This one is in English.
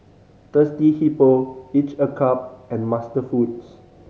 Thirsty Hippo Each a Cup and MasterFoods